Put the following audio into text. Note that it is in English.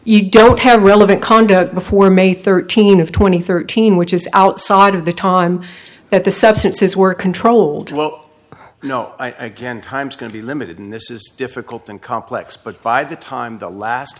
you don't have a relevant conduct before may thirteen of twenty thirteen which is outside of the time that the substances were controlled well you know i again times going to be limited in this is difficult and complex but by the time the last